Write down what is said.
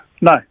No